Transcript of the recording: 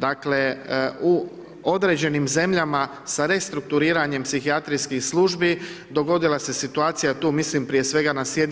Dakle, u određenim zemljama sa restrukturiranjem psihijatrijskih službi dogodila se situacija, tu mislim prije svega na SAD